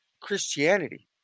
Christianity